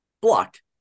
blocked